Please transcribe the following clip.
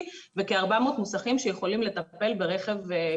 וכ-400 מוסכים שיכולים לטפל ברכב כבד.